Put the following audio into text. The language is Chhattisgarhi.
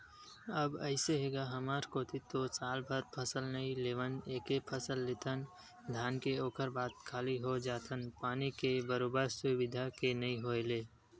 अब अइसे हे गा हमर कोती तो सालभर फसल नइ लेवन एके फसल लेथन धान के ओखर बाद खाली हो जाथन पानी के बरोबर सुबिधा के नइ होय ले